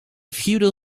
feudal